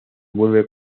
vuelve